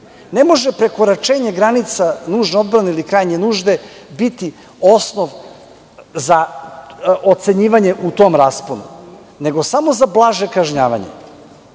Ne može prekoračenja granica nužne odbrane ili krajnje nužde biti osnov za ocenjivanje u tom rasponu, nego samo za blaže kažnjavanje.